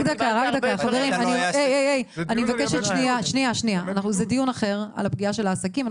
--- זה דיון אחר על הפגיעה של העסקים.